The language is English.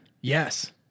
Yes